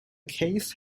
case